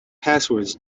passwords